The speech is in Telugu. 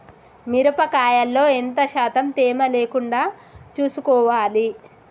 మిరప కాయల్లో ఎంత శాతం తేమ లేకుండా చూసుకోవాలి?